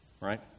Right